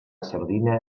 sardina